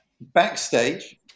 backstage